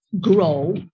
grow